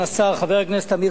חבר הכנסת עמיר פרץ,